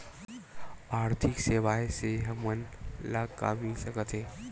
आर्थिक सेवाएं से हमन ला का मिल सकत हे?